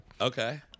Okay